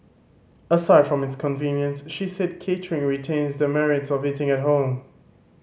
aside from its convenience she said catering retains the merits of eating at home